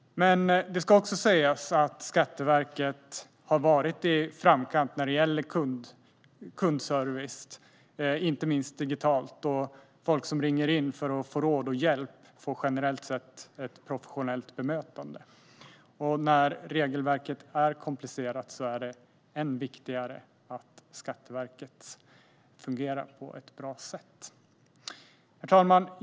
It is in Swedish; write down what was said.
Det ska också sägas att Skatteverket har varit i framkant när det gäller kundservice, inte minst digitalt. Och de som ringer in för att få råd och hjälp får generellt sett ett professionellt bemötande. Eftersom regelverket är komplicerat är det ännu viktigare att Skatteverket fungerar på ett bra sätt. Herr talman!